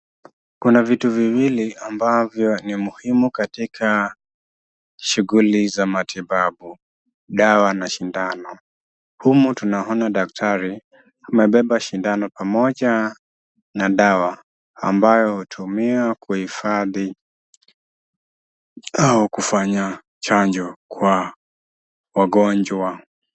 Kuna vitu viwili ambavyo ni muhimu katika shughuli za matibabu; dawa na sindano. Humu tunaona daktari wamebeba sindano pamoja na dawa ambayo huitumia kuhifadhi au kufanya chanjo kwa wagonjwa.